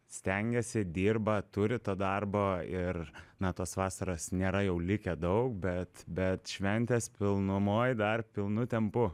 stengiasi dirba turi to darbo ir na tos vasaros nėra jau likę daug bet bet šventės pilnumoj dar pilnu tempu